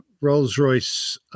Rolls-Royce